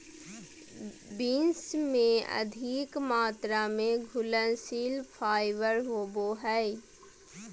beans में अधिक मात्रा में घुलनशील फाइबर होवो हइ